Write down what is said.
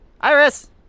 Iris